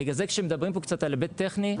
בגלל זה כשמדברים פה קצת על היבט טכני,